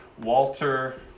Walter